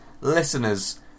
Listeners